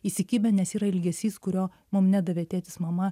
įsikibę nes yra ilgesys kurio mum nedavė tėtis mama